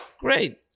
great